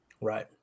Right